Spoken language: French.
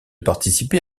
participer